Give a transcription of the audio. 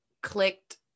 clicked